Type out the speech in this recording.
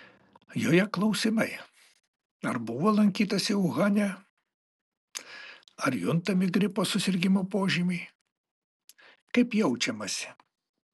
joje klausimai ar buvo lankytasi uhane ar juntami gripo susirgimo požymiai kaip jaučiamasi